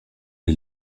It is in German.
die